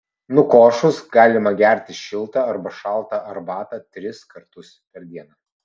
nukošus galima gerti šiltą arba šaltą arbatą tris kartus per dieną